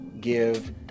give